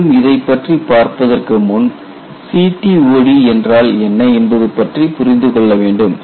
மேலும் இதைப்பற்றி பார்ப்பதற்கு முன் CTOD என்றால் என்ன என்பது பற்றி புரிந்து கொள்ள வேண்டும்